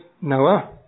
Noah